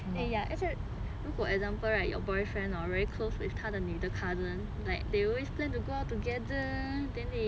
then ya actually 如果 for example right your boyfriend hor very close with 他的女的 cousin like they always plan to go together then they maybe